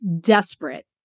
desperate